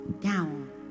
down